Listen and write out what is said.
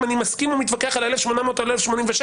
אני מסכים או מתווכח על 1,800 או על 1,086,